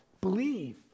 Believe